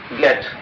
get